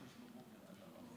נסעתי ב-06:00 בבוקר עד עראבה.